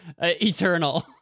Eternal